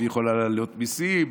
והיא יכולה להעלות מיסים,